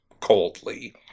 Coldly